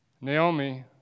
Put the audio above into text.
Naomi